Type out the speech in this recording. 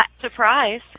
Surprise